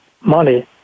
money